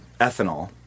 ethanol